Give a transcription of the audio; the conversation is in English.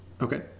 Okay